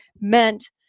meant